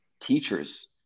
teachers